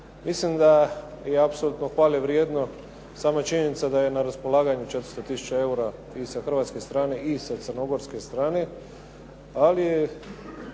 Mislim da je apsolutno hvale vrijedno sama činjenica da je na raspolaganju 400 tisuća eura i sa hrvatske strane i sa crnogorske strane ali je